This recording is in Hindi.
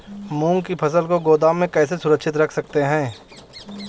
मूंग की फसल को गोदाम में कैसे सुरक्षित रख सकते हैं?